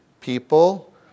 people